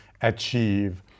achieve